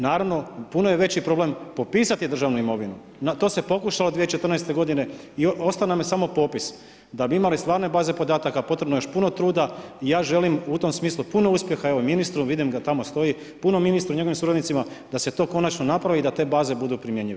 Naravno puno je veći problem popisati državnu imovinu, to se pokušalo 2014. godine, i ostao nam je samo popis, da bi imali stvarne baze podataka potrebno je još puno truda i ja želim u tom smislu puno uspjeha evo ministru, vidim ga tamo stoji, puno ministru i njegovim suradnicima da se to konačno napravi i da te baze budu primjenjive.